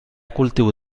cultiu